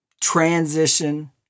transition